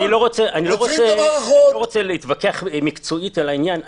אני לא רוצה להתווכח מקצועית על העניין.